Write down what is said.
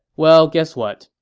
well, guess what?